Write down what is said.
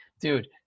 Dude